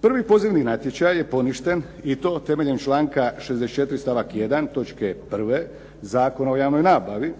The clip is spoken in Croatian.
Prvi pozivni natječaj je poništen i to temeljem članka 64. stavak 1. točke 1. Zakona o javnoj nabavi